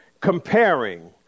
comparing